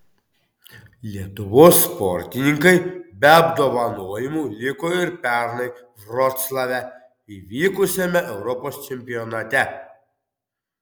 lietuvos sportininkai be apdovanojimų liko ir pernai vroclave įvykusiame europos čempionate